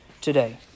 today